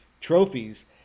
trophies